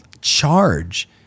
charge